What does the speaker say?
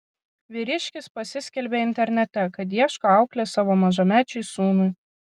vyriškis pasiskelbė internete kad ieško auklės savo mažamečiui sūnui